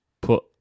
put